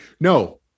No